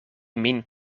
min